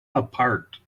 apart